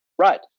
Right